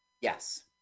Yes